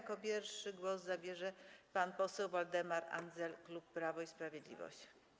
Jako pierwszy głos zabierze pan poseł Waldemar Andzel, klub Prawo i Sprawiedliwość.